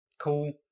cool